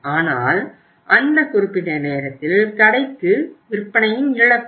ஆனால் அந்த குறிப்பிட்ட நேரத்தில் கடைக்கு விற்பனையின் இழப்பு